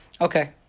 Okay